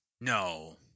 no